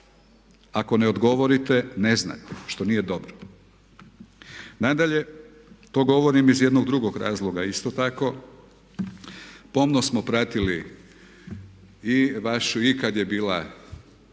Ako ne odgovorite ne znate što nije dobro. Nadalje, to govorim iz jednog drugog razloga isto tako. Pomno smo pratili i vaš i kad je bila